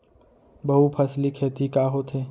बहुफसली खेती का होथे?